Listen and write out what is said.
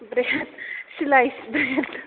bread slice bread